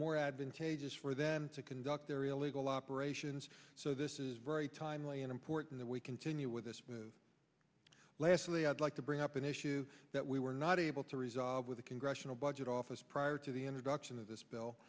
more advantageous for them to conduct their illegal operations so this is very timely and important that we continue with this lastly i'd like to bring up an issue that we were not able to resolve with the congressional budget office prior to the introduction of this bill